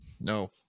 No